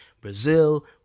Brazil